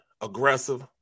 aggressive